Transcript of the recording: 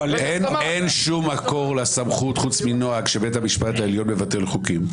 אין שום מקור לסמכות חוץ מנוהג שבית המשפט העליון מבטל חוקים.